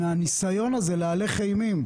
חלק מהניסיון הזה להלך אימים,